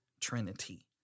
trinity